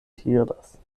tiras